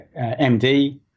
MD